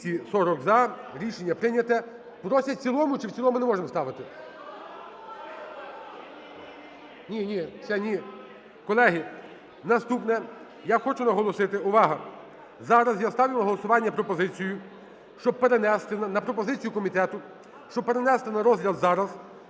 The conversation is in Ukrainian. Рішення прийнято. Просять в цілому. Чи в цілому не можемо ставити? Ні-ні. Все, ні. Колеги, наступне. Я хочу наголосити, увага! Зараз я ставлю на голосування пропозицію, щоб перенести, на пропозицію комітету, щоб перенести на розгляд зараз